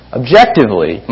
objectively